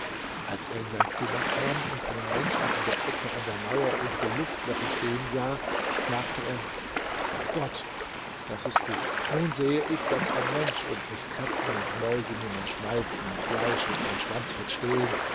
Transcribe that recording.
als er in sein zimmer kam und einen menschen in der ecke an der mauer unter dem luftloche stehen sah sagte er bei gott das ist gut nun sehe ich daß ein mensch und nicht katzen und mäuse mir mein schmalz mein fleisch und mein schwanzfett stehlen